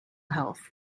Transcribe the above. health